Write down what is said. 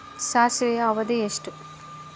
ಸಾಸಿವೆಯ ಅವಧಿ ಎಷ್ಟು?